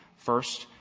first,